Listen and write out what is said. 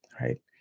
right